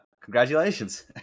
congratulations